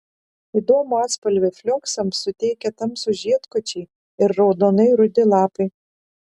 įdomų atspalvį flioksams suteikia tamsūs žiedkočiai ir raudonai rudi lapai